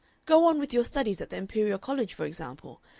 go on with your studies at the imperial college, for example,